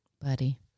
Buddy